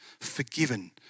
forgiven